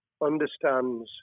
understands